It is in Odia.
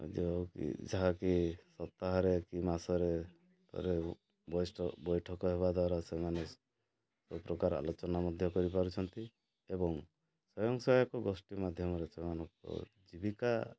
ଯେଉଁ କି ଯାହାକି ସପ୍ତାହରେ କି ମାସରେ ବୈଠକ ହେବା ଦ୍ୱାରା ସେମାନେ ସବୁ ପ୍ରକାର ଆଲୋଚନା ମଧ୍ୟ କରିପାରୁଛନ୍ତି ଏବଂ ସ୍ଵୟଂସହାୟକ ଗୋଷ୍ଠୀ ମାଧ୍ୟମରେ ସେମାନଙ୍କ ଜୀବିକା